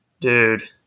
dude